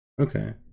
Okay